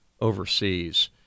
overseas